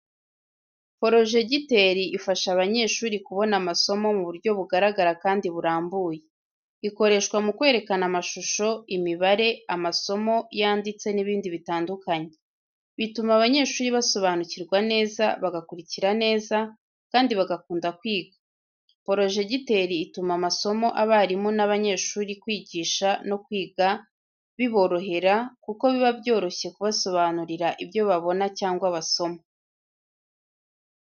Porojegiteri ifasha abanyeshuri kubona amasomo mu buryo bugaragara kandi burambuye. Ikoreshwa mu kwerekana amashusho, imibare, amasomo yanditse n’ibindi bitandukanye. Bituma abanyeshuri basobanukirwa neza, bagakurikira neza, kandi bagakunda kwiga. Porojegiteri ituma amasomo abarimu n’abanyeshuri kwigisha no kwiga biborohera, kuko biba byoroshye kubasobanurira ibyo babona cyangwa basoma.